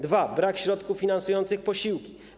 Dwa: brak środków finansujących posiłki.